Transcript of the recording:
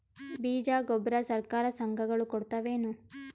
ಬೀಜ ಗೊಬ್ಬರ ಸರಕಾರ, ಸಂಘ ಗಳು ಕೊಡುತಾವೇನು?